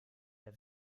der